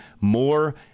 more